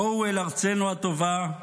בואו אל ארצנו הטובה,